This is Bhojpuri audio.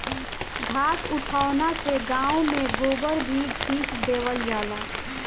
घास उठौना से गाँव में गोबर भी खींच देवल जाला